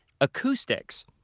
acoustics